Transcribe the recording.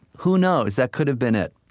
who knows, that could have been it.